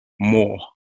more